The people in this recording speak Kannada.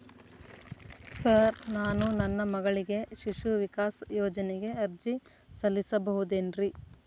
ಸರ್ ನಾನು ನನ್ನ ಮಗಳಿಗೆ ಶಿಶು ವಿಕಾಸ್ ಯೋಜನೆಗೆ ಅರ್ಜಿ ಸಲ್ಲಿಸಬಹುದೇನ್ರಿ?